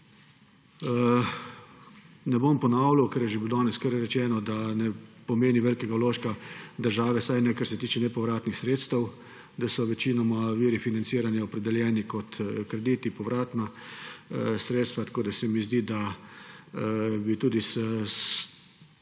Ne bom ponavljal, ker je bilo danes že kar velikokrat rečeno, da ne pomeni velikega vložka države, vsaj ne, kar se tiče nepovratnih sredstev, da so večinoma viri financiranja opredeljeni kot krediti, povratna sredstva. Tako da se mi zdi, da tudi s